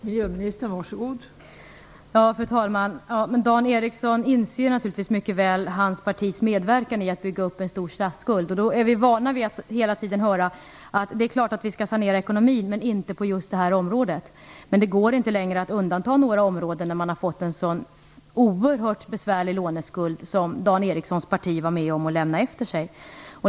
Fru talman! Dan Ericsson inser naturligtvis mycket väl hans partis medverkan i att bygga upp en stor statsskuld. Vi är vana vid att hela tiden höra att det är klart att man skall sanera ekonomin, men att man inte skall göra det just på detta område. Det går inte längre att undanta några områden när man har fått en så oerhört besvärlig låneskuld som Dan Ericssons parti var med om att lämna efter sig.